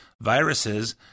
viruses